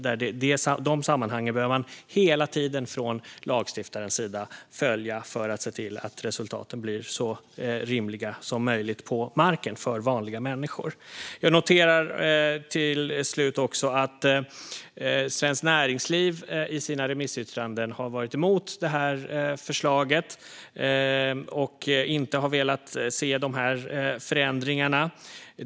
De sammanhangen behöver man från lagstiftarens sida hela tiden följa för att se till att resultaten blir så rimliga som möjligt på marken, för vanliga människor. Jag noterar, som avslutning, att Svenskt Näringsliv i sina remissyttranden har varit emot förslaget och inte har velat se de här förändringarna.